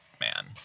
man